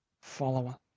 follower